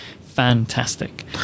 fantastic